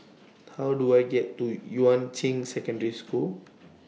How Do I get to Yuan Ching Secondary School